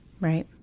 right